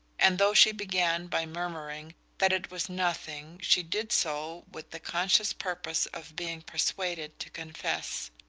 and though she began by murmuring that it was nothing she did so with the conscious purpose of being persuaded to confess.